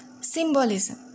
Symbolism